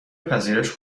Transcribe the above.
پذیرش